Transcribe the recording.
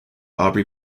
audrey